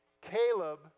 Caleb